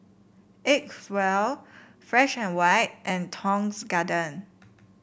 Acwell Fresh And White and Tong's Garden